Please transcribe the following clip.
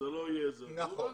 נכון.